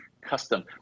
custom